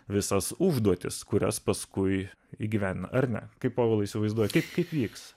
visas užduotis kurias paskui įgyvendina ar ne kaip povilo įsivaizduokit kaip vyks